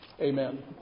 Amen